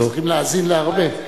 היו צריכים להאזין להרבה.